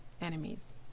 enemies